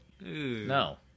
No